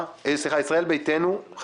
מהליכוד ארבעה חברים קרן ברק,